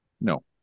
No